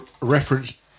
reference